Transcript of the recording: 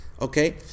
Okay